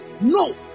no